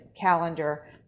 calendar